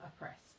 oppressed